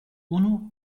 unu